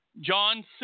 John